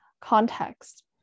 Context